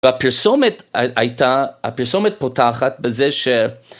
והפרסומת הייתה, הפרסומת פותחת בזה ש...